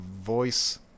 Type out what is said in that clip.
voice